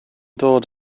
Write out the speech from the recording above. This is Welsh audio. dod